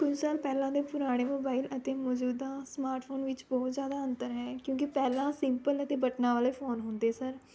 ਕੁਝ ਸਾਲ ਪਹਿਲਾਂ ਦੇ ਪੁਰਾਣੇ ਮੋਬਾਇਲ ਅਤੇ ਮੌਜੂਦਾ ਸਮਾਰਟਫ਼ੋਨ ਵਿੱਚ ਬਹੁਤ ਜ਼ਿਆਦਾ ਅੰਤਰ ਹੈ ਕਿਉਂਕਿ ਪਹਿਲਾਂ ਸਿਪੰਲ ਅਤੇ ਬਟਨਾਂ ਵਾਲੇ ਫ਼ੋਨ ਹੁੰਦੇ ਸਨ